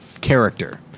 character